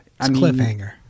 cliffhanger